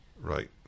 right